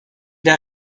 der